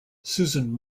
susan